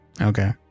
Okay